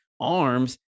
arms